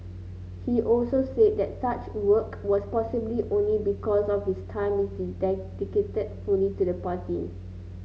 he also said that such work was possible only because his time is dedicated fully to the party